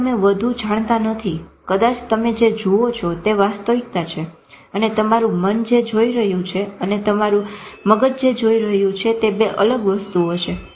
તેથી તમે વધુ જાણતા નથી કદાજ તમે જે જુઓ છો તે વાસ્તવિકતા છે અને તમારું મન જે જોઈ રહ્યું છે અને તમારું મન જે જોઈ રહ્યું છે તે બે અલગ વસ્તુઓ છે